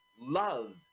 Love